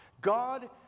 God